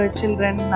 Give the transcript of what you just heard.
children